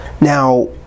Now